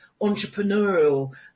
entrepreneurial